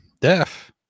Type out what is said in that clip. deaf